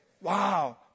Wow